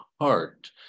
heart